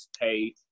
pay